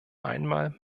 einmal